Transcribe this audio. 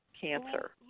cancer